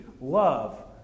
love